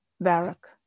Barak